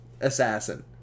assassin